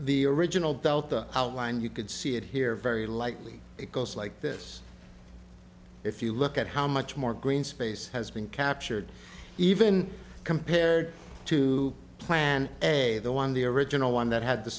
the original delta outlined you could see it here very lightly it goes like this if you look at how much more green space has been captured even compared to plan a the one the original one that had the